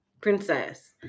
princess